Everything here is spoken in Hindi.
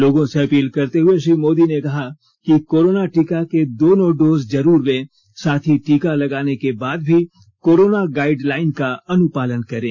लोगों से अपील करते हुए श्री मोदी ने कहा कि कोरोना टीका के दोनों डोज जरूर लें साथ ही टीका लगाने के बाद भी कोरोना गाइड लाइन का अनुपालन करें